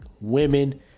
women